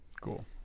Cool